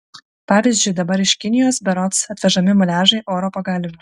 pavyzdžiui dabar iš kinijos berods atvežami muliažai oro pagalvių